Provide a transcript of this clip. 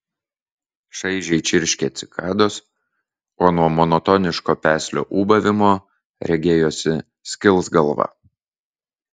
šaižiai čirškė cikados o nuo monotoniško peslio ūbavimo regėjosi skils galva